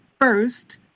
first